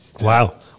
Wow